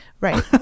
Right